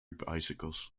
bicycles